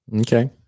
okay